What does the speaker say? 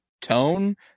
tone